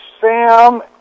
Sam